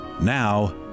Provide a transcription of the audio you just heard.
Now